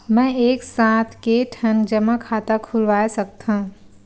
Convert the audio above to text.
मैं एक साथ के ठन जमा खाता खुलवाय सकथव?